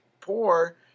poor